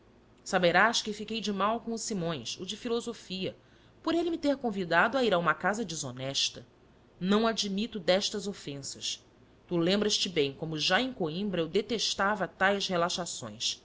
edificantes saberás que fiquei de mal com o simões o de filosofia por ele me ter convidado a ir a uma casa desonesta não admito destas ofensas tu lembras-te bem como já em coimbra eu detestava tais